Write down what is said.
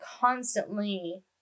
constantly